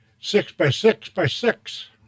six-by-six-by-six